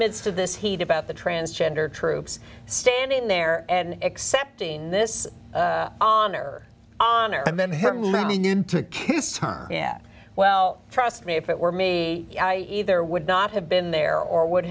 midst of this heat about the transgender troops standing there and accepting this honor and then her mommy yeah well trust me if it were me i either would not have been there or would